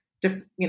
different